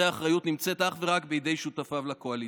אחריות נמצאת אך ורק בידי שותפיו לקואליציה,